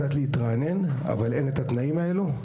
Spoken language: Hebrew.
אבל אין התנאים האלה.